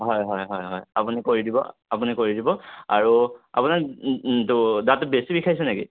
হয় হয় হয় হয় আপুনি কৰি দিব আপুনি কৰি দিব আৰু আপোনাৰ দাঁতটো বেছি বিষাইছে নেকি